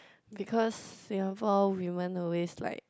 because Singapore women always like